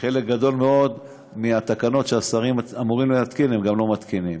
חלק גדול מאוד מהתקנות שהשרים אמורים להתקין הם גם לא מתקינים.